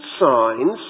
signs